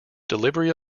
delivery